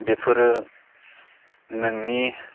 बेफोरो नोंनि